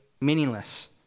meaningless